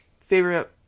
Favorite